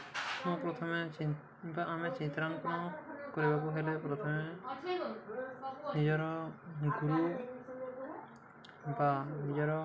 ମୁଁ ପ୍ରଥମେ ବା ଆମେ ଚିତ୍ରାଙ୍କନ କରିବାକୁ ହେଲେ ପ୍ରଥମେ ନିଜର ଗୁରୁ ବା ନିଜର